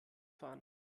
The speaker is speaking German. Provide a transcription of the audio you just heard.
fahren